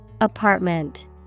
Apartment